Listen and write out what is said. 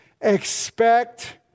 Expect